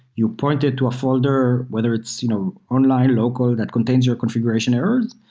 you point it to a folder, whether it's you know online, local that contains your configuration errors,